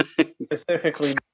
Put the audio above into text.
specifically